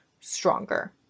stronger